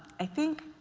i think